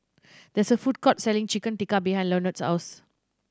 there is a food court selling Chicken Tikka behind Leonard's house